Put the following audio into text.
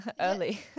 early